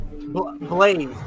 Blaze